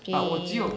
!chey!